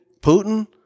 Putin